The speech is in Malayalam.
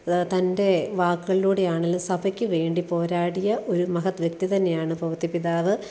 തൻ്റെ വാക്കുകളിലൂടെയാണേലും സഭയ്ക്ക് വേണ്ടി പോരാടിയ ഒരു മഹത് വ്യക്തി തന്നെയാണ് പൗത്യ പിതാവ്